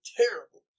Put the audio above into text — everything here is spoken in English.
terrible